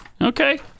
Okay